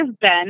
ben